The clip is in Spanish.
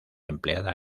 empleada